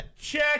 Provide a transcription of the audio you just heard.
Check